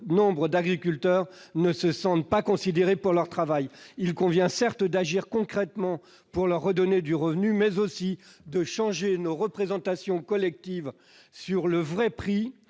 nombre d'agriculteurs ne se sentent pas considérés pour leur travail. Il convient certes d'agir concrètement pour leur redonner du revenu, mais aussi de changer nos représentations collectives sur le vrai prix,